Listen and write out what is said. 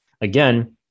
again